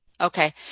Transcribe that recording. Okay